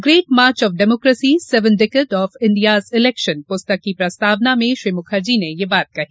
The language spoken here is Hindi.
great march of democracy seven decade of India's election पुस्तक की प्रस्तावना में श्री मुखर्जी ने यह बात कही